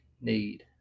need